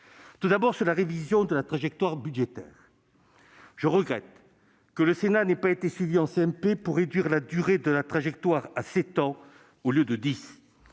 Tout d'abord, sur la révision de la trajectoire budgétaire, je regrette que le Sénat n'ait pas été suivi en CMP pour réduire la durée de la trajectoire à sept ans au lieu de dix.